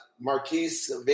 Marquise